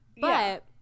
But-